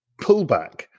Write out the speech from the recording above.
pullback